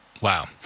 Wow